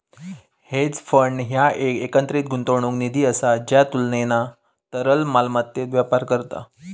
hedge fund ह्या एक एकत्रित गुंतवणूक निधी असा ज्या तुलनेना तरल मालमत्तेत व्यापार करता